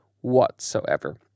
whatsoever